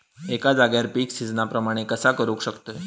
एका जाग्यार पीक सिजना प्रमाणे कसा करुक शकतय?